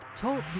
Talk